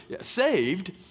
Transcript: saved